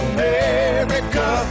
America